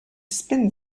spin